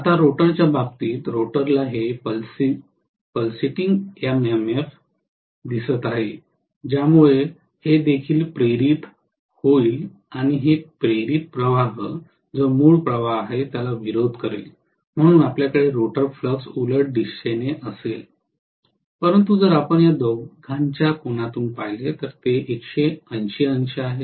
आता रोटरच्या बाबतीत रोटरला हे पल्सिंग एमएमएफ दिसत आहे ज्यामुळे हे देखील प्रेरित होईल आणि प्रेरित प्रवाह जो मूळ प्रवाह आहे त्याचा विरोध करेल म्हणून आपल्याकडे रोटर फ्लक्स उलट दिशेने असेल परंतु जर आपण या दोघांच्या कोनातून पाहिले तर ते 180 अंश आहे